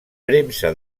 premsa